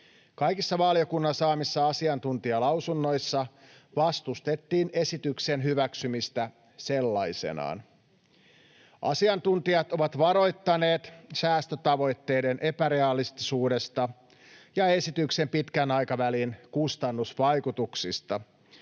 Kaikissa valiokunnan saamissa asiantuntijalausunnoissa vastustettiin esityksen hyväksymistä sellaisenaan. Asiantuntijat ovat varoittaneet säästötavoitteiden epärealistisuudesta ja esityksen pitkän aikavälin kustannusvaikutuksista,